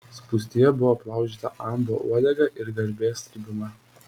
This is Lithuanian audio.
spūstyje buvo aplaužyta anbo uodega ir garbės tribūna